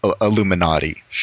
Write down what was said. Illuminati